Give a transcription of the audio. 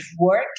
work